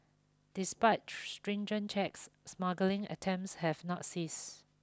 despite stringent checks smuggling attempts have not cease